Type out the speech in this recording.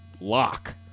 lock